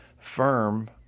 Firm